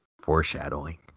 Foreshadowing